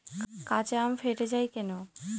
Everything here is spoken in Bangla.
কাঁচা আম ফেটে য়ায় কেন?